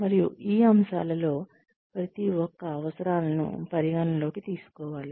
మరియు ఈ అంశాలలో ప్రతి ఒక్క అవసరాలను పరిగణనలోకి తీసుకోవాలి